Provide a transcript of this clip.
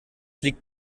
liegt